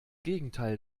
gegenteil